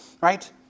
Right